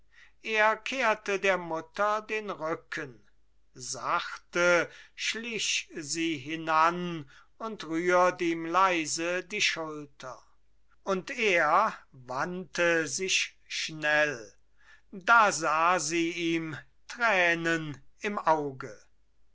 er kehrte der mutter den rücken sachte schlich sie hinan und rührt ihm leise die schulter und er wandte sich schnell da sah sie ihm tränen im auge